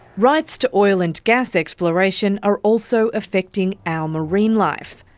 rights to oil and gas exploration are also affecting our marine life.